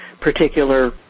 particular